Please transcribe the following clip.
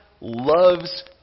loves